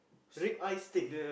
rib eye steak